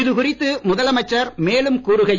இது குறித்து முதலமைச்சர் மேலும் கூறுகையில்